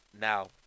now